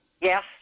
Yes